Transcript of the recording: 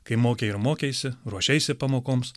kai mokei ir mokeisi ruošeisi pamokoms